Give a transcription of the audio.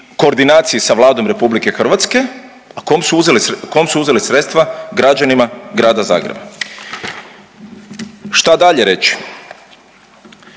koordinaciji sa Vladom RH, a kom su uzeli sredstva? Građanima grada Zagreba. Šta dalje reći?